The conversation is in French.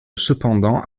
cependant